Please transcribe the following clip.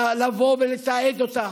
לבוא ולתעד אותן.